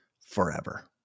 forever